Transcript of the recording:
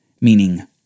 meaning